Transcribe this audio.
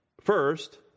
First